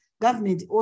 government